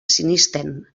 sinesten